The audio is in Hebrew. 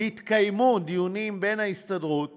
התקיימו דיונים בין ההסתדרות